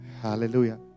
Hallelujah